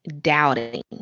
doubting